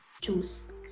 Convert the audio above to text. choose